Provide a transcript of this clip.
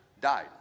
died